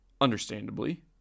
Understandably